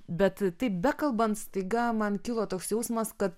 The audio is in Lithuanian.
bet taip bekalbant staiga man kilo toks jausmas kad